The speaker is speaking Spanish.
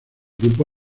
grupo